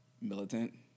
militant